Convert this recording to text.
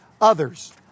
others